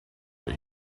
that